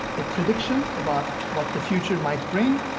a prediction about what the future might bring